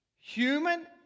Human